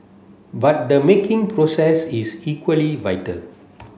but the making process is equally vital